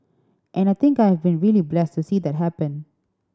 and I think I have been really blessed to see that happen